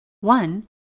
One